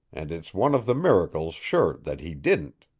and it's one of the miracles, sure, that he didn't.